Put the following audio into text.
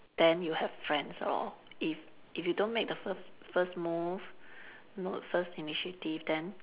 then you have friends lor if if you don't make the first first move n~ first initiative then